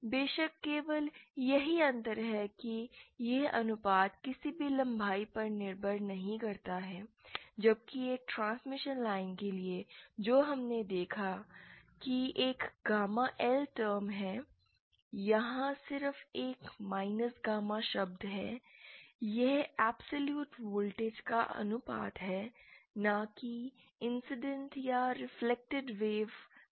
बेशक केवल यही अंतर है कि यह अनुपात किसी भी लंबाई पर निर्भर नहीं करता है जबकि एक ट्रांसमिशन लाइन के लिए जो हमने देखा कि एक गामा L टर्म है यहां सिर्फ एक माइनस गामा शब्द है यह एब्सोल्यूट वोल्टेज का अनुपात है न कि इंसीडेंट या रिफ्लेक्टेड वेवस का